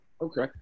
Okay